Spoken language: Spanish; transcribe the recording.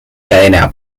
cadena